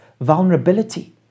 vulnerability